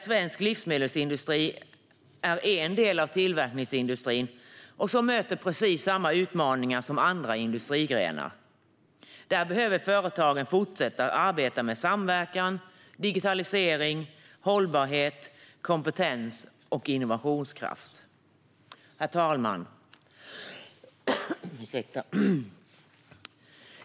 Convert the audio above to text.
Svensk livsmedelsindustri är en del av tillverkningsindustrin och möter precis samma utmaningar som andra industrigrenar. Här behöver företagen fortsätta att arbeta med samverkan, digitalisering, hållbarhet, kompetens och innovationskraft. Herr talman!